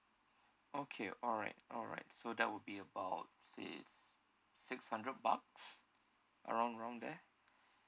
okay alright alright so that would be about six six hundred bucks around around there